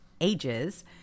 ages